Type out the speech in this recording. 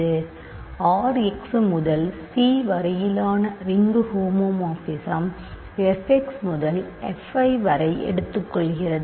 எனவே R x முதல் C வரையிலான ரிங்கு ஹோமோமார்பிசம் f x முதல் f i வரை எடுத்துக்கொள்கிறது